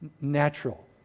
natural